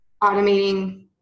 automating